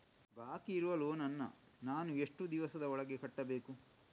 ಬಾಕಿ ಇರುವ ಲೋನ್ ನನ್ನ ನಾನು ಎಷ್ಟು ದಿವಸದ ಒಳಗೆ ಕಟ್ಟಬೇಕು?